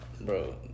bro